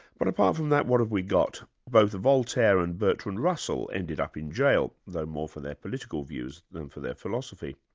but apart from that, what have we got? both voltaire and bertrand russell ended up in jail, though more for their political views than for their philosophy.